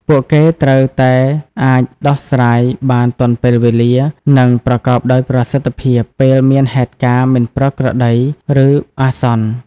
ពួកគេត្រូវតែអាចដោះស្រាយបានទាន់ពេលវេលា និងប្រកបដោយប្រសិទ្ធភាព ពេលមានហេតុការណ៍មិនប្រក្រតី ឬអាសន្ន។